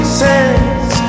says